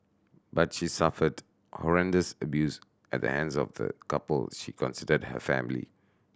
but she suffered horrendous abuse at the hands of the couple she considered her family